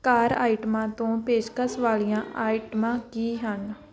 ਕਾਰ ਆਈਟਮਾਂ ਤੋਂ ਪੇਸ਼ਕਸ਼ ਵਾਲੀਆਂ ਆਈਟਮਾਂ ਕੀ ਹਨ